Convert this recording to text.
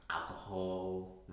Alcohol